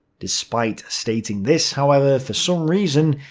despite stating this however, for some reason,